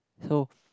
so